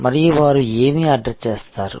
మరియు వారు ఏమి ఆర్డర్ చేస్తారు